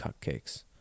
cupcakes